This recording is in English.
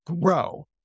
grow